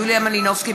יוליה מלינובסקי,